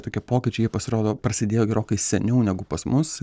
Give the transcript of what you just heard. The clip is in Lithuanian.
tokie pokyčiai jie pasirodo prasidėjo gerokai seniau negu pas mus